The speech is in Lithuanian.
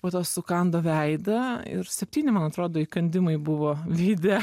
po to sukando veidą ir septyni man atrodo įkandimai buvo veide